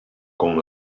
con